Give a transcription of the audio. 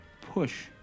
push